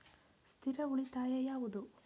ಸ್ಥಿರ ಉಳಿತಾಯ ಯಾವುದು?